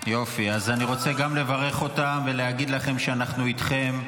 אני רוצה גם לברך אתכם ולהגיד לכם שאנחנו איתכם,